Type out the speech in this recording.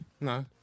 No